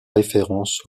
référence